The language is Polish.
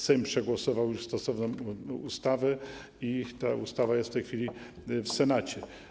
Sejm przegłosował już stosowną ustawę, która jest w tej chwili w Senacie.